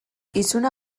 izuna